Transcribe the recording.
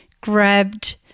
grabbed